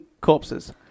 corpses